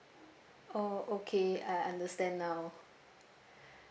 oh okay I understand now